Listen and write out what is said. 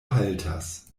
haltas